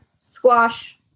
squash